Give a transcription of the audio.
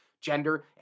gender